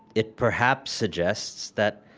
it perhaps suggests that